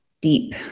deep